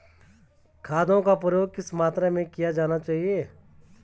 खादों का प्रयोग किस मात्रा में किया जाना चाहिए?